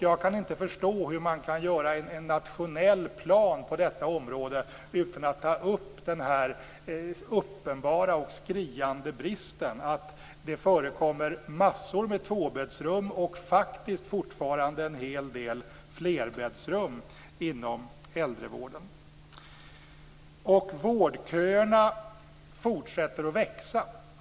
Jag kan inte förstå hur man kan göra en nationell plan på området utan att ta upp denna uppenbara och skriande brist. Det förekommer massor av tvåbäddsrum och faktiskt fortfarande en hel del flerbäddsrum inom äldrevården. Vårdköerna fortsätter att växa.